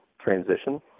transition